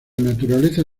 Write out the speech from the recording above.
naturaleza